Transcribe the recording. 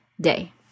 day